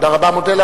תודה רבה לך,